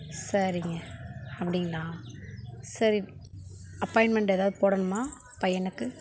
சரிங்க அப்படிங்களா சரி அப்பாயின்மெண்ட் ஏதாவது போடணுமா பையனுக்கு